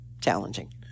challenging